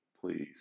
please